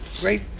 great